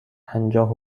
پنجاه